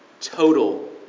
total